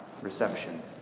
reception